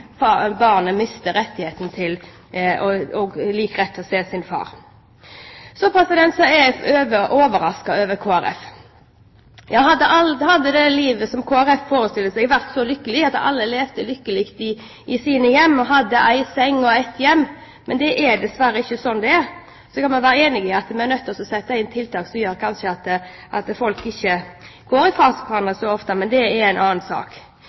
at barnet mister den samme rettigheten til å se sin far. Så er jeg overrasket over Kristelig Folkeparti. Hadde enda det livet som Kristelig Folkeparti forestiller seg, vært så godt at alle levde lykkelig i sine hjem, og at alle hadde én seng og ett hjem – men slik er det dessverre ikke. Man kan være enig i at man er nødt til å sette inn tiltak som gjør at folk kanskje ikke går fra hverandre så ofte, men det er en annen sak.